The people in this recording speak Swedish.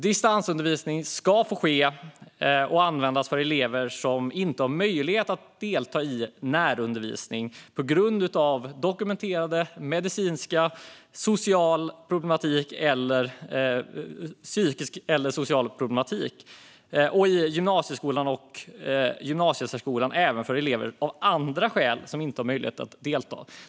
Distansundervisning ska få ske och användas för elever som inte har möjlighet att delta i närundervisning på grund av dokumenterad medicinsk, psykisk eller social problematik och i gymnasieskolan och gymnasiesärskolan även för elever som av andra skäl inte har möjlighet att delta.